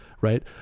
right